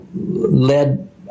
led